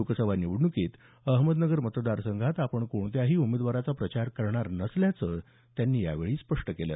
लोकसभा निवडण्कीत अहमदनगर मतदार संघात आपण कोणत्याही उमेदवाराचा प्रचार करणार नसल्याचं त्यांनी यावेळी स्पष्ट केलं